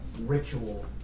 ritual